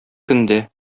көндә